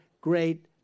great